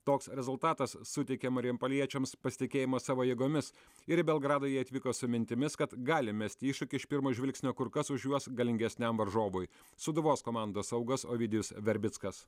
toks rezultatas suteikė marijampoliečiams pasitikėjimo savo jėgomis ir į belgradą jie atvyko su mintimis kad gali mesti iššūkį iš pirmo žvilgsnio kur kas už juos galingesniam varžovui sūduvos komandos saugas ovidijus verbickas